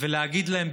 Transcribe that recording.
ולהגיד להם,